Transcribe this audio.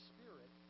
Spirit